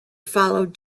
followed